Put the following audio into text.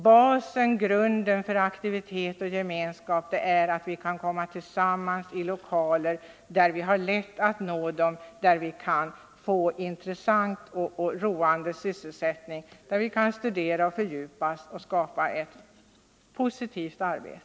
Basen, grunden för aktivitet och gemenskap, är att vi kan komma tillsammans i lokaler där vi har lätt att nå varandra, där vi kan få intressant och roande sysselsättning, där vi kan studera och fördjupa oss och skapa ett positivt arbete.